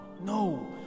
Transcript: no